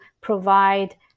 provide